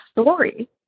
story